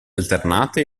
alternate